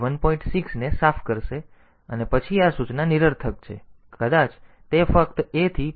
6 ને સાફ કરશે અને પછી આ સૂચના નિરર્થક છે કદાચ તે ફક્ત a થી પોર્ટ 0 વાંચી રહી છે